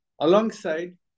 alongside